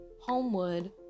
homewood